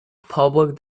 public